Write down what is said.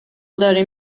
داریم